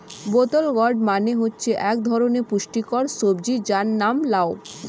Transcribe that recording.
বোতল গোর্ড মানে হচ্ছে এক ধরনের পুষ্টিকর সবজি যার নাম লাউ